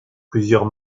plusieurs